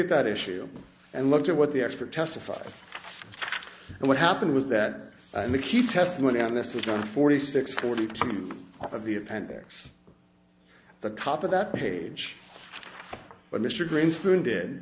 at that issue and look at what the expert testified and what happened was that the key testimony on this one forty six forty two of the appendix the top of that page what mr greenspan did